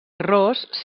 ros